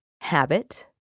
habit